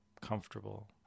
comfortable